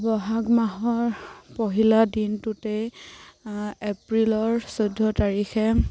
বহাগ মাহৰ পহিলা দিনটোতেই এপ্ৰিলৰ চৈধ্য তাৰিখে